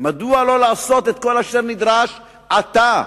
מדוע לא לעשות את כל אשר נדרש עתה,